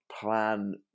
plan